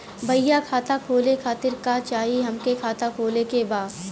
भईया खाता खोले खातिर का चाही हमके खाता खोले के बा?